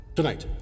Tonight